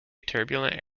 turbulent